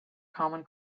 common